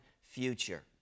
future